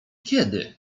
kiedy